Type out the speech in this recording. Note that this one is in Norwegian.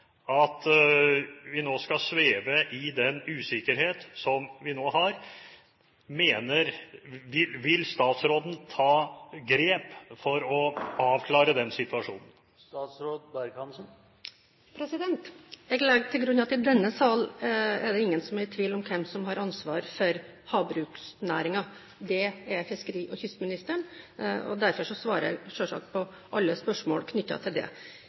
at vi skal sveve i den usikkerheten vi nå har. Vil statsråden ta grep for å avklare situasjonen? Jeg legger til grunn at i denne salen er det ingen som er i tvil om hvem som har ansvar for havbruksnæringen – det er fiskeri- og kystministeren. Derfor svarer jeg selvsagt på alle spørsmål knyttet til det.